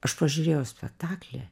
aš pažiūrėjau spektaklį